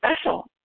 special